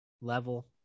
level